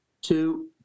two